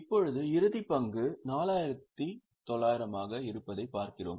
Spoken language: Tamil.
இப்போது இறுதிப் பங்கு 4900 ஆக இருப்பதைப் பார்க்கிறோம்